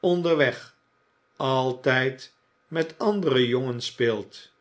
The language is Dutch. onderweg altijd met andere jongens speelt